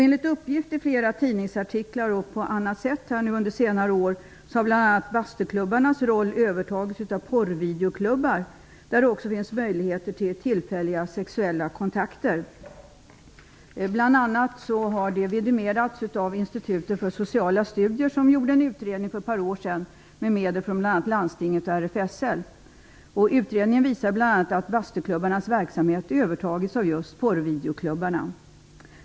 Enligt uppgift i flera tidningsartiklar har under senare år bastuklubbarnas roll övertagits av porrvideoklubbar, där det också ges möjlighet till tillfälliga sexuella kontakter. Detta har vidimerats bl.a. av Institutet för sociala studier, som för ett par år sedan gjorde en utredning med medel från landstinget och RFSL. Utredningen visar att bastuklubbarnas verksamhet har övertagits av just porrvideoklubbarna.